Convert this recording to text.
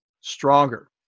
stronger